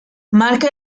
marca